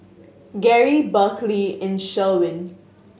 Gary Berkley and Sherwin